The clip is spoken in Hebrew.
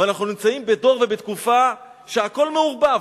אבל אנחנו נמצאים בדור ובתקופה שהכול מעורבב,